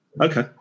okay